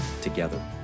together